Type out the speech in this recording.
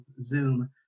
Zoom